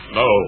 no